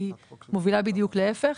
היא מובילה בדיוק להיפך,